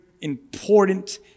Important